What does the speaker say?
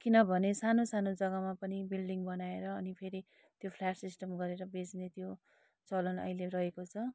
किनभने सानो सानो जग्गामा पनि बिल्डिङ बनाएर अनि फेरि त्यो फ्ल्याट सिस्टम गरेर बेच्ने त्यो चलन अहिले रहेको छ